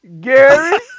Gary